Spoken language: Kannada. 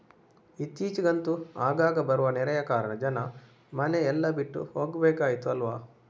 ಇತ್ತೀಚಿಗಂತೂ ಆಗಾಗ ಬರುವ ನೆರೆಯ ಕಾರಣ ಜನ ಮನೆ ಎಲ್ಲ ಬಿಟ್ಟು ಹೋಗ್ಬೇಕಾಯ್ತು ಅಲ್ವಾ